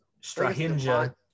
Strahinja